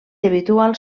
habituals